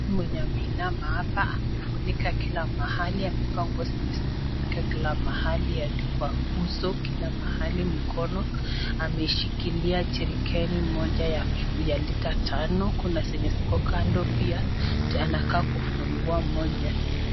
Mtu mwenye ameinama hapa amefunika kila mahali , amevaa nguo zenye zimefunika kila mahali hadi kwa uso kila mahali ,mkono ameshikilia jerikani moja ya lita tano, kuna zenye ziko kando pia anakaa kufungua moja.